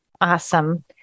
Awesome